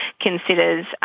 considers